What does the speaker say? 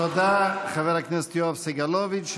תודה, חבר הכנסת יואב סגלוביץ'.